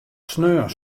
sneon